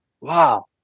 Wow